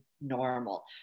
normal